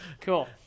cool